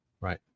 right